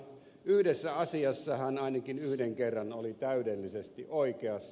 yhdessä asiassa hän ainakin yhden kerran oli täydellisesti oikeassa